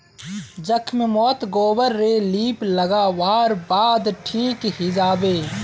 जख्म मोत गोबर रे लीप लागा वार बाद ठिक हिजाबे